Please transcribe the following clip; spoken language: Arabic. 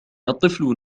الطفل